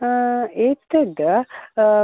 एतत्